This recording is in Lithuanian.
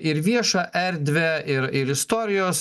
ir viešą erdvę ir ir istorijos